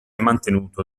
mantenuto